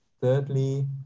thirdly